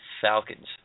Falcons